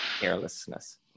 carelessness